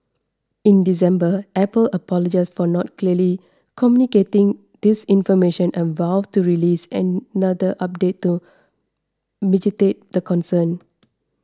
in December Apple apologised for not clearly communicating this information and vowed to release another update to mitigate the concern